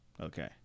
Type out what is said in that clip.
okay